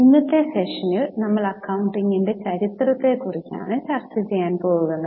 ഇന്നത്തെ സെഷനിൽ നമ്മൾ അക്കൌണ്ടിങ്ങിന്റെ ചരിത്രത്തെക്കുറിച്ചു ആണ് ചർച്ച ചെയ്യാൻ പോകുന്നത്